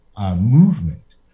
movement